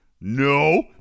No